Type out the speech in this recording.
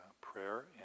prayer